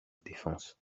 défense